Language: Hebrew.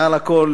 מעל הכול